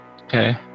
okay